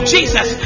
Jesus